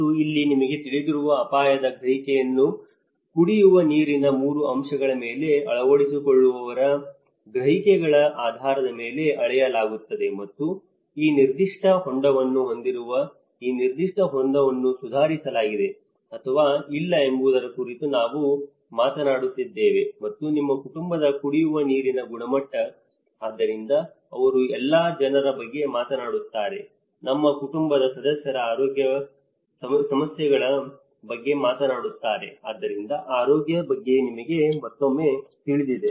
ಮತ್ತು ಇಲ್ಲಿ ನಿಮಗೆ ತಿಳಿದಿರುವ ಅಪಾಯದ ಗ್ರಹಿಕೆಯನ್ನು ಕುಡಿಯುವ ನೀರಿನ 3 ಅಂಶಗಳ ಮೇಲೆ ಅಳವಡಿಸಿಕೊಳ್ಳುವವರ ಗ್ರಹಿಕೆಗಳ ಆಧಾರದ ಮೇಲೆ ಅಳೆಯಲಾಗುತ್ತದೆ ಮತ್ತು ಈ ನಿರ್ದಿಷ್ಟ ಹೊಂಡವನ್ನು ಹೊಂದಿರುವ ಈ ಹೊಂಡವನ್ನು ಸುಧಾರಿಸಲಾಗಿದೆ ಅಥವಾ ಇಲ್ಲ ಎಂಬುದರ ಕುರಿತು ನಾವು ಮಾತನಾಡುತ್ತಿದ್ದೇವೆ ಮತ್ತು ನಿಮ್ಮ ಕುಟುಂಬದ ಕುಡಿಯುವ ನೀರಿನ ಗುಣಮಟ್ಟ ಆದ್ದರಿಂದ ಅವರು ಎಲ್ಲ ಜನರ ಬಗ್ಗೆ ಮಾತನಾಡುತ್ತಾರೆ ನಮ್ಮ ಕುಟುಂಬದ ಸದಸ್ಯರ ಆರೋಗ್ಯ ಸಮಸ್ಯೆಗಳ ಬಗ್ಗೆ ಮಾತನಾಡುತ್ತಾರೆ ಆದ್ದರಿಂದ ಆರೋಗ್ಯದ ಬಗ್ಗೆ ನಿಮಗೆ ಮತ್ತೊಮ್ಮೆ ತಿಳಿದಿದೆ